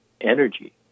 energy